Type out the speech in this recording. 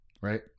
Right